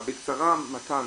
בקצרה, מתן,